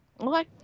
Okay